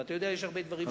ואתה יודע שיש הרבה דברים,